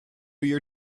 year